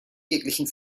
jeglichen